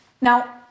Now